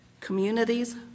communities